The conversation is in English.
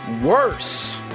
worse